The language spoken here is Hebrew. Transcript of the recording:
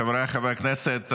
חבריי חברי הכנסת,